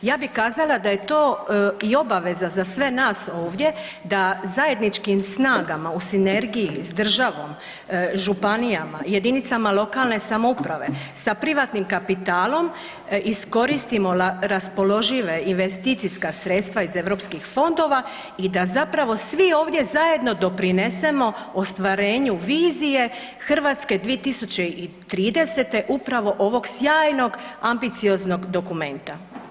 Ja bih kazala da je to i obaveza za sve nas ovdje da zajedničkim snagama u sinergiji sa državom, županijama, jedinicama lokalne samouprave sa privatnim kapitalom iskoristimo raspoloživa investicijska sredstva iz EU fondova i da zapravo svi ovdje zajedno doprinesemo ostvarenju vizije Hrvatske 2030. upravo ovog sjajnog ambicioznog dokumenta.